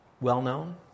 well-known